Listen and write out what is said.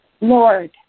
Lord